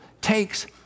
takes